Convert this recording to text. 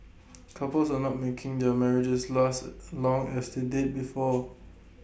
couples are not making their marriages last long as they did before